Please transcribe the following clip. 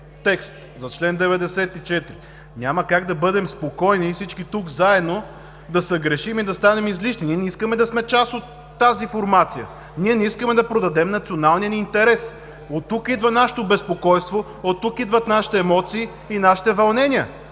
текст – за чл. 94. Няма как да бъдем спокойни, всички тук заедно да съгрешим и да станем излишни! Ние не искаме да сме част от тази формация. Ние не искаме да продадем националния ни интерес! Оттук идва нашето безпокойство, оттук идват нашите емоции и нашите вълнения.